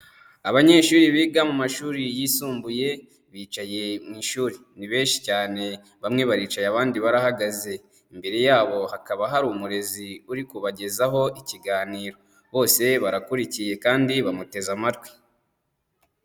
Abanyeshuri biga mu mashuri yisumbuye bicaye mu ishuri. Ni benshi cyane bamwe baricaye abandi barahagaze imbere yabo hakaba hari umurezi uri kubagezaho ikiganiro. Bose barakurikiye kandi bamuteze amatwi.